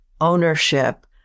ownership